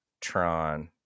Tron